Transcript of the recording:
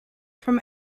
from